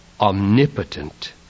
omnipotent